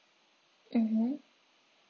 mmhmm